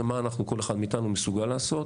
זה מה שכל אחד מאיתנו מסוגל לעשות,